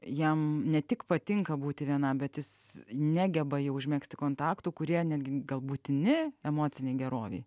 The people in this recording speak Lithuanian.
jam ne tik patinka būti vienam bet jis negeba jau užmegzti kontaktų kurie netgi gal būtini emocinei gerovei